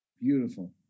beautiful